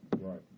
right